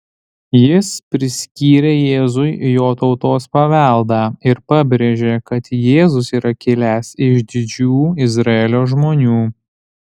jis priskyrė jėzui jo tautos paveldą ir pabrėžė kad jėzus yra kilęs iš didžių izraelio žmonių